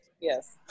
Yes